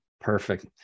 Perfect